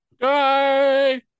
bye